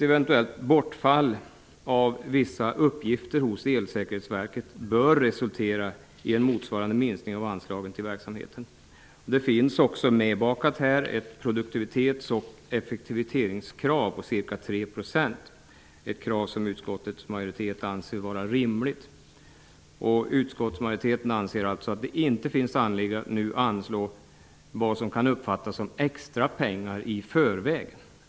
Elsäkerhetsverket bör resultera i en motsvarande minskning av anslagen till verksamheten. Här finns också medbakat ett produktivitets och effektiviseringskrav på ca 3 %, ett krav som utskottets majoritet anser vara rimligt. Utskottsmajoriteten anser alltså att det inte finns anledning att nu anslå vad som kan uppfattas som extra pengar i förväg.